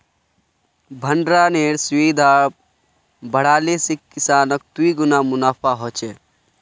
भण्डरानेर सुविधा बढ़ाले से किसानक तिगुना मुनाफा ह छे